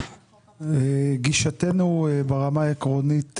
גישתנו, ברמה העקרונית,